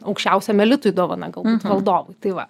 aukščiausiam elitui dovana galbūt valdovui tai va